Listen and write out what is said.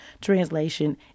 translation